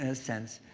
ah sense,